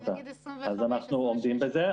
אז אנחנו עומדים בזה,